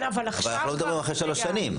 אבל אנחנו לא מדברים אחרי שלוש שנים.